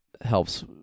helps